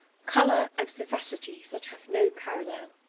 color and vivacity that have no parallel.